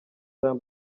jean